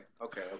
Okay